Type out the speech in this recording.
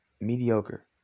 mediocre